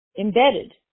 embedded